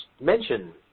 mention